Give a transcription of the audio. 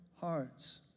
hearts